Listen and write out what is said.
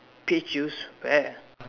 peach juice where